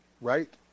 Right